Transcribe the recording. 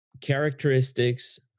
characteristics